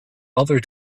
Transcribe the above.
other